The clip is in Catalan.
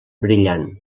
brillant